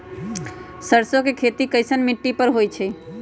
सरसों के खेती कैसन मिट्टी पर होई छाई?